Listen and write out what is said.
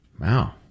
Wow